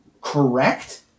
correct